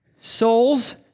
souls